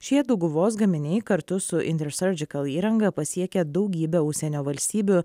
šie dauguvos gaminiai kartu su intersurgical įranga pasiekė daugybę užsienio valstybių